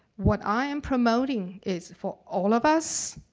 what i am promoting is for all of us,